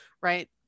Right